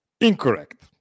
incorrect